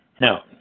Now